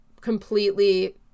completely